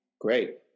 Great